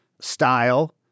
style